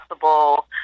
possible